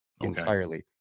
entirely